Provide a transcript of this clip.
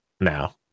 now